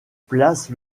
place